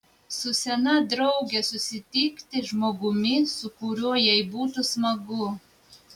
su sena drauge susitikti žmogumi su kuriuo jai būtų smagu